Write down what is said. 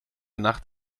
nacht